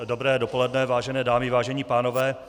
Dobré dopoledne, vážené dámy, vážení pánové.